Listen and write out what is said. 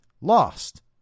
lost